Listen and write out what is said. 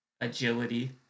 agility